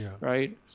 right